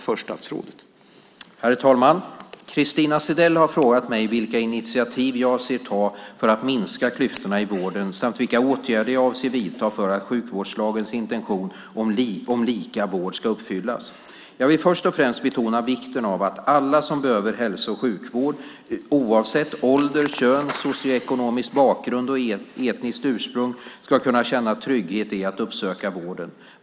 Herr talman! Christina Zedell har frågat mig vilka initiativ jag avser att ta för att minska klyftorna i vården samt vilka åtgärder jag avser att vidta för att sjukvårdslagens intentioner om lika vård ska uppfyllas. Jag vill först och främst betona vikten av att alla som behöver hälso och sjukvård, oavsett ålder, kön, socioekonomisk bakgrund och etniskt ursprung, ska kunna känna trygghet i att uppsöka vården.